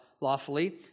lawfully